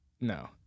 no